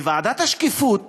בוועדת השקיפות